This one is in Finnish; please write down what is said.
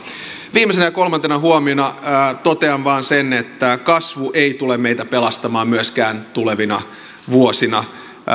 viimeisenä ja kolmantena huomiona totean vain sen että kasvu ei tule meitä pelastamaan myöskään tulevina vuosina